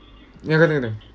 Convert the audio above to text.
ya continue continue